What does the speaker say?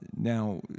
Now